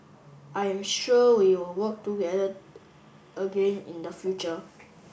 I am sure we will work together again in the future